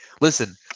Listen